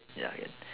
ya